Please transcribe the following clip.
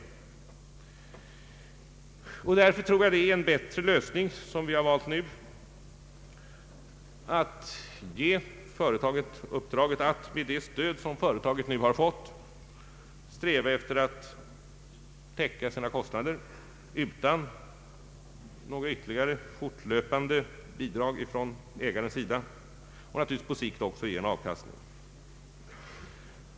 Jag tror därför att vi nu har valt en bättre lösning genom att ge företaget uppdraget att med det stöd företaget har fått sträva efter att täcka sina kostnader utan några ytterligare, fortlöpande bidrag från ägarens sida och naturligtvis på sikt också ge avkastning.